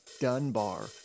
Dunbar